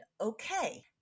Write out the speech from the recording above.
okay